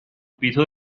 piso